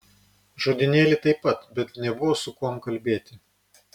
žodynėlį taip pat bet nebuvo su kuom kalbėti